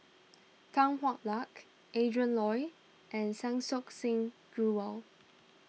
Tan Hwa Luck Adrin Loi and Sansokh Singh Grewal